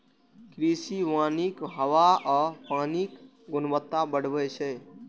कृषि वानिक हवा आ पानिक गुणवत्ता बढ़बै छै